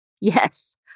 Yes